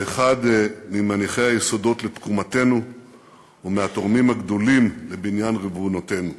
כאחד ממניחי היסודות לתקומתנו ומהתורמים הגדולים לבניין ריבונותנו.